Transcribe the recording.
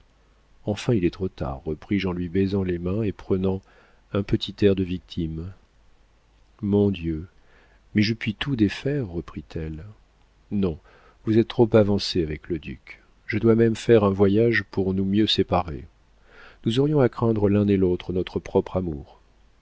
enfin il est trop tard repris-je en lui baisant les mains et prenant un petit air de victime mon dieu mais je puis tout défaire reprit-elle non vous êtes trop avancée avec le duc je dois même faire un voyage pour nous mieux séparer nous aurions à craindre l'un et l'autre notre propre amour